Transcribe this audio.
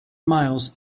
miles